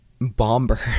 bomber